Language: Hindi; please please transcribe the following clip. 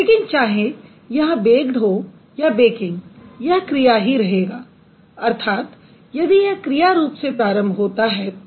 लेकिन चाहे यह baked हो या BAKING यह क्रिया ही रहेगा अर्थात यदि यह क्रिया रूप से प्रारंभ होता है तो